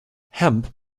hemp